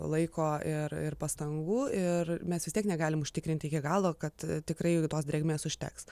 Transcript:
laiko ir ir pastangų ir mes vis tiek negalim užtikrinti iki galo kad tikrai tos drėgmės užteks